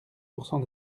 pourcent